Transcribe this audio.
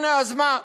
הנה, אז מה?